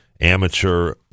amateur